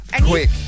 quick